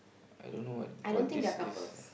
I don't know what what this is